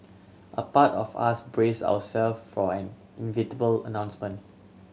a part of us brace ourself for an inevitable announcement